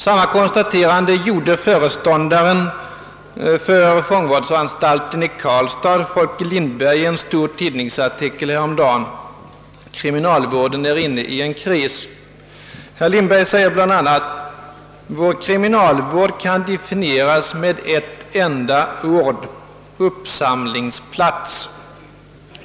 Samma konstaterande gjorde föreståndaren för fångvårdsanstalten i Karlstad, Folke Lindberg, i en stor tidningsartikel härom dagen: »Vår kriminalvård kan definieras med ett enda ord — uppsamlingsplats.